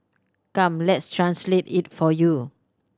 come let's translate it for you